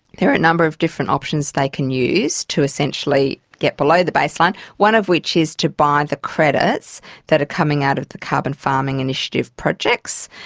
there are a number of different options they can use to essentially get below the baseline, one of which is to buy the credits that are coming out of the carbon farming initiative projects.